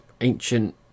ancient